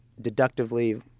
deductively